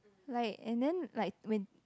like and then like when